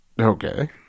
Okay